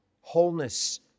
Wholeness